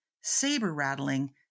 Saber-rattling